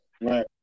right